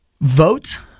Vote